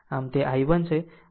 આમ તે I1 છે